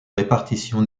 répartition